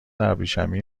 ابریشمی